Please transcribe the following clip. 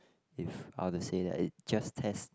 if how to say that it just test